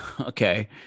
Okay